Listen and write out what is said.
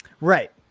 right